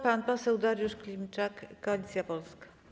Pan poseł Dariusz Klimczak, Koalicja Polska.